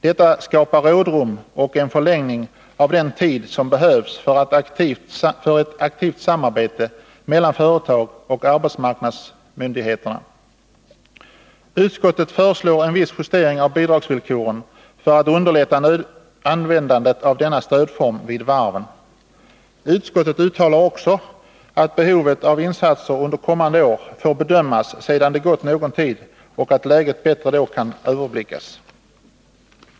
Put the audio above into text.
Detta skapar rådrum och en förlängning av den tid som behövs för ett aktivt samarbete mellan företag och arbetsmarknadsmyndigheterna. Utskottet föreslår en viss justering av bidragsvillkoren för att underlätta användandet av denna stödform vid varven. Utskottet uttalar också att behovet av insatser under kommande år får bedömas sedan det gått någon tid och läget bättre kan överblickas.